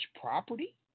property